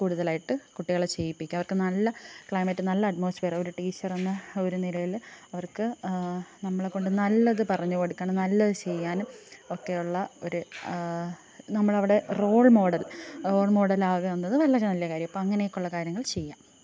കൂടുതലായിട്ട് കുട്ടികളെ ചെയ്യിപ്പിക്കുക അവർക്ക് നല്ല ക്ലൈമറ്റ് നല്ല അറ്റ്മോസ്ഫിയർ ഒരു ടീച്ചറെന്ന ഒരു നിലയിൽ അവർക്ക് നമ്മളെ കൊണ്ട് നല്ലത് പറഞ്ഞു കൊടുക്കണം നല്ലത് ചെയ്യാനും ഒക്കെ ഉള്ള ഒരു നമ്മളവരുടെ റോൾ മോഡൽ റോൾ മോഡലാകേണ്ടത് വളരെ നല്ല കാര്യം അപ്പം അങ്ങനെക്കെ ഒള്ള കാര്യങ്ങൾ ചെയ്യുക